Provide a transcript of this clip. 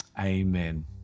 amen